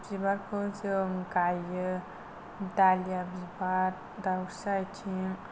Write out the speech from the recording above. बिबारखौ जों गायो दालिया बिबार दाउस्रि आथिं